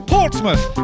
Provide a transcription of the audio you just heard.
Portsmouth